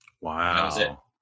Wow